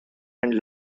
and